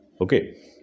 Okay